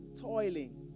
toiling